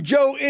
Joe